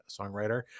songwriter